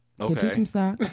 Okay